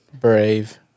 Brave